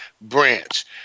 branch